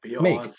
make